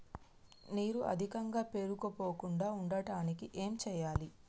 నీరు అధికంగా పేరుకుపోకుండా ఉండటానికి ఏం చేయాలి?